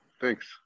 Thanks